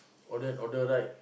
older and older right